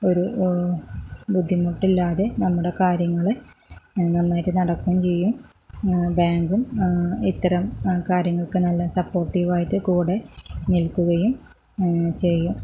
ഒരു ബുദ്ധിമുട്ടില്ലാതെ നമ്മുടെ കാര്യങ്ങള് നന്നായിട്ട് നടക്കുകയും ചെയ്യും ബാങ്കും ഇത്തരം കാര്യങ്ങൾക്ക് നല്ല സപ്പോർട്ടീവ് ആയിട്ട് കൂടെ നിൽക്കുകയും ചെയ്യും